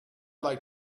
like